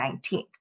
19th